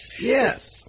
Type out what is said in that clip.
yes